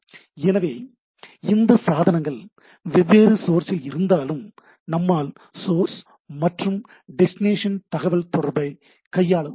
எனவே இந்த சாதனங்கள் வெவ்வேறு சோர்சில் இருந்தாலும் நம்மால் சோர்ஸ் மற்றும் டெஸ்டினேஷன் தகவல் தொடர்பை கையாள முடிகிறது